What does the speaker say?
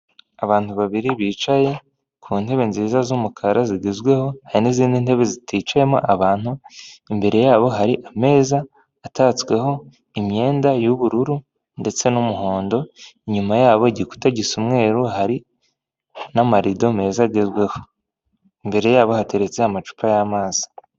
Abantu babiri bicaye ku ntebe nziza z'umukara zigezweho hari n'izindi ntebe ziticayemo abantu, imbere yabo hari ameza atatsweho imyenda y'ubururu ndetse n'umuhondo, inyuma yabo igikuta gisa umweruru hari n'amarido meza agezweho. Imbere yabo hateretse amacupa y'amazi.